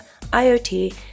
IoT